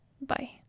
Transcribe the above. Bye